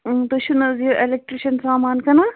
تُہۍ چھُو نہَ حظ یہِ اٮ۪لِکٹِرٛشَن سامان کٕنان